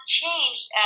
changed